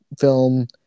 film